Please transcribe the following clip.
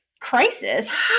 crisis